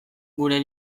gure